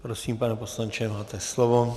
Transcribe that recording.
Prosím, pane poslanče, máte slovo.